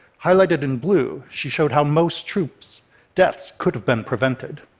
highlighted in blue, she showed how most troops' deaths could have been prevented.